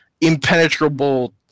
impenetrable